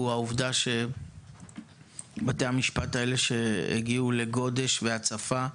הוא העובדה שבתי המשפט שהגיעו לגודש ולהצפה,